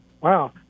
Wow